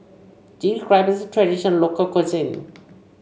Chilli Crab is a traditional local cuisine